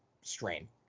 strain